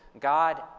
God